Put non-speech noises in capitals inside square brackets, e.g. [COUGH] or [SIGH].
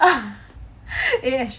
[LAUGHS] eh actually